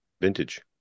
vintage